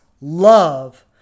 love